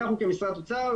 אנחנו כמשרד אוצר,